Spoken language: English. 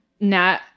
Nat